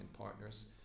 partners